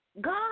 God